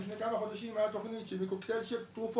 לפני כמה חודשים הייתה תוכנית של קוקטיל של תרופות,